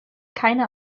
keine